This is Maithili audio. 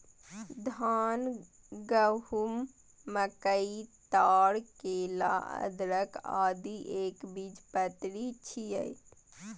धान, गहूम, मकई, ताड़, केला, अदरक, आदि एकबीजपत्री छियै